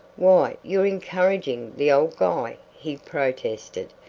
why, you're encouraging the old guy, he protested,